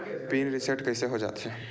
Pin reset कइसे हो जाथे?